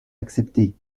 accepter